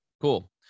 Cool